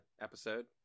episode